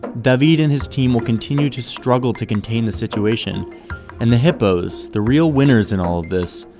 david and his team will continue to struggle to contain the situation and the hippos, the real winners in all of this,